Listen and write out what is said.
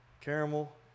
caramel